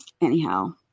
anyhow